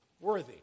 worthy